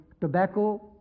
tobacco